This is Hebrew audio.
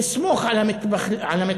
לסמוך על המתנחלים,